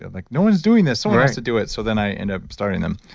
and like, no one is doing this, someone has to do it. so then i ended up starting them.